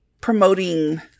promoting